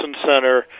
Center